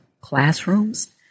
classrooms